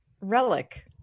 relic